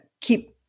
keep